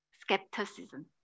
skepticism